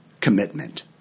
commitment